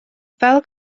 fel